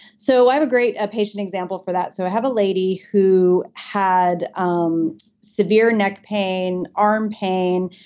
so i have a great ah patient example for that. so i have a lady who had um severe neck pain arm pain,